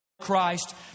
Christ